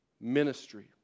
ministry